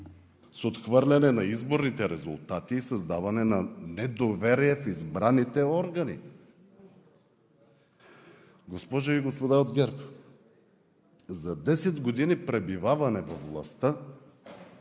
с отхвърляне на изборните резултати и създаване на недоверие в избраните органи. Госпожи и господа от ГЕРБ, за десет години пребиваване във властта